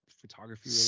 photography